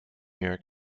york